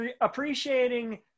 appreciating